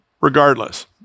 regardless